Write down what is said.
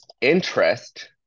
interest